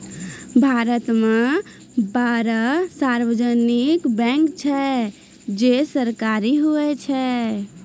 भारत मे बारह सार्वजानिक बैंक छै जे सरकारी हुवै छै